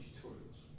tutorials